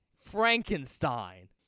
Frankenstein